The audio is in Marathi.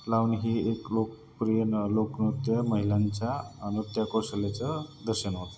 लावून ही एक लोकप्रिय न लोकनृत्य महिलांच्या नृत्यकौशल्याचं दर्शन होतं